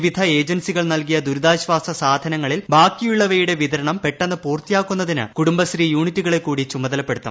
വിവിധ ഏജൻസികൾ നൽകിയ ദുരിതാശ്വാസ സാധനങ്ങളിൽ ബാക്കിയുളളവയുടെ വിതരണം പെട്ടെന്ന് പൂർത്തിയാക്കുന്നതിന് കുടുംബശ്രീ യൂണിറ്റുകളെ കൂടി ചുമതലപ്പെടുത്തും